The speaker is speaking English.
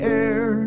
air